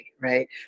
right